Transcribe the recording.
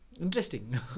Interesting